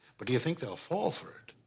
but do you think they'll fall for it?